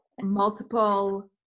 multiple